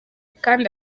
kandi